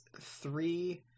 three